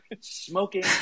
smoking